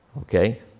okay